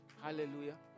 Hallelujah